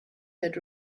that